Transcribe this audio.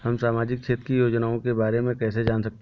हम सामाजिक क्षेत्र की योजनाओं के बारे में कैसे जान सकते हैं?